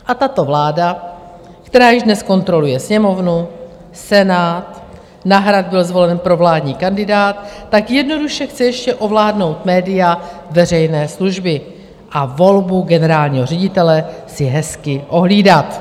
A tato vláda, která již dnes kontroluje Sněmovnu, Senát, na Hrad byl zvolen provládní kandidát, tak jednoduše chce ještě ovládnout média veřejné služby a volbu generálního ředitele si hezky ohlídat.